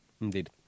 Indeed